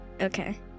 Okay